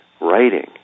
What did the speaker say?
writing